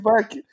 back